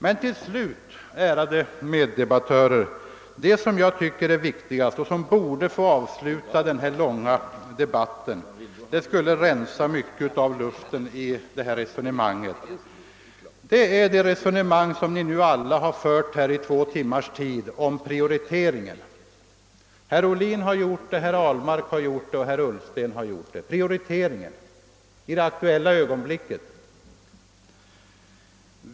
Men, till slut ärade meddebattörer, det som jag tycker är viktigast och som borde få avsluta denna långa debatt och som skulle rensa mycket av luften gäller det resonemang som ni alla har fört i två timmars tid om prioriteringen. Herr Ohlin, herr Ahlmark och herr Ullsten har talat om prioriteringen i det aktuella ögonblicket.